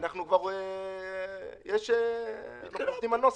כבר עובדים על נוסח.